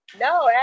No